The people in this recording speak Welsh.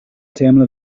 teimlo